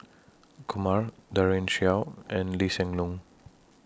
Kumar Daren Shiau and Lee Hsien Loong